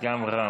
וגם רם.